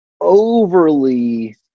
overly